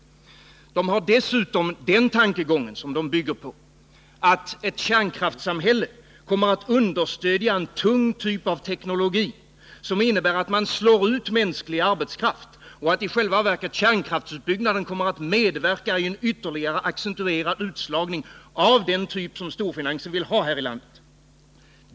De bygger dessutom på den tankegången att ett kärnkraftssamhälle kommer att understödja en tung typ av teknologi, som innebär att man slår ut mänsklig arbetskraft och att i själva verket kärnkraftsutbyggnaden kommer att medverka i en ytterligare accentuerad utslagning av den typ som storfinansen vill ha här i landet.